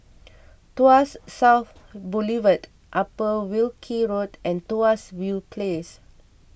Tuas South Boulevard Upper Wilkie Road and Tuas View Place